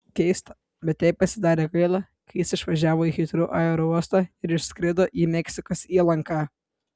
keista bet jai pasidarė gaila kai jis išvažiavo į hitrou aerouostą ir išskrido į meksikos įlanką